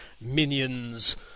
minions